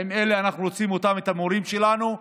האם את אלה אנחנו רוצים כמורים שלנו,